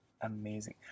amazing